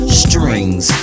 strings